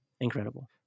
Incredible